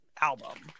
album